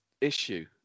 issue